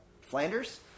Flanders